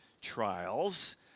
trials